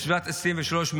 בשנת 2023,